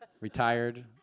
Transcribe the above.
retired